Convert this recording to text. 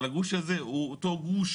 אבל הגוש הזה הוא אותו גוש